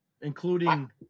Including